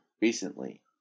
recently